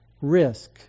risk